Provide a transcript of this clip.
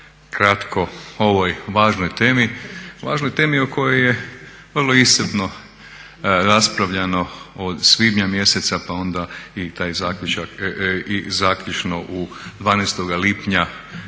važnoj temi. Važnoj temi o kojoj je vrlo iscrpno raspravljano od svibnja mjeseca pa onda i taj zaključak, i zaključno 12. lipnja